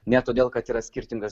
ne todėl kad yra skirtingas